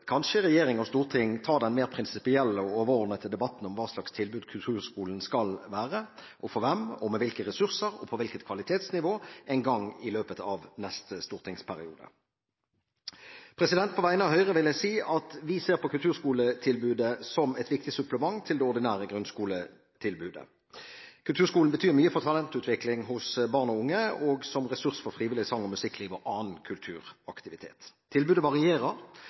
kanskje regjering og storting ta den mer prinsipielle og overordnede debatten om hva slags tilbud kulturskolen skal være, og for hvem, og med hvilke ressurser, og på hvilket kvalitetsnivå, en gang i løpet av neste stortingsperiode. På vegne av Høyre vil jeg si at vi ser på kulturskoletilbudet som et viktig supplement til det ordinære grunnskoletilbudet. Kulturskolen betyr mye for talentutvikling hos barn og unge, som ressurs for frivillig sang- og musikkliv og for annen kulturaktivitet. Tilbudet varierer,